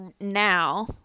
now